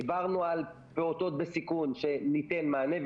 דיברנו על פעוטות בסיכון, שניתן מענה.